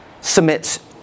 submits